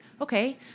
Okay